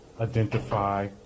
identify